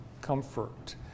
comfort